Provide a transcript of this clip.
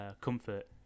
comfort